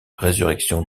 résurrection